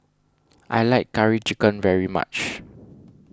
I like Curry Chicken very much